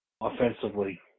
offensively